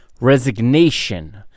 resignation